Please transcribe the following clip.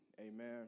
Amen